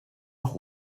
nach